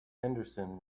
henderson